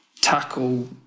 tackle